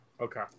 Okay